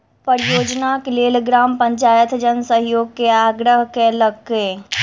परियोजनाक लेल ग्राम पंचायत जन सहयोग के आग्रह केलकै